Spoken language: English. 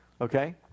Okay